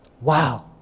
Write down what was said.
Wow